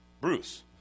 Bruce